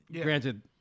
Granted